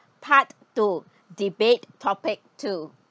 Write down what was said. part two debate topic two